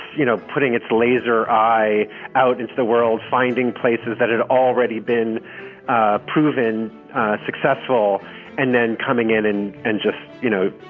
you know, putting its laser eye out into the world, finding places that had already been ah proven successful and then coming in in and just, you know,